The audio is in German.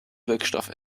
wirkstoff